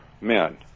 men